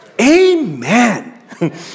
Amen